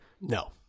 No